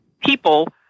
people